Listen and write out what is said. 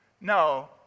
No